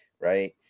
right